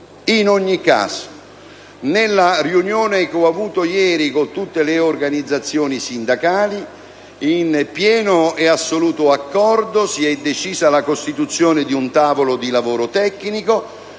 In ogni caso, nella riunione che ho avuto ieri con tutte le organizzazioni sindacali, in pieno e assoluto accordo, si è decisa la costituzione di un tavolo di lavoro tecnico